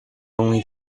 only